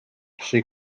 she